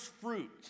fruit